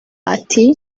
ati